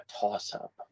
toss-up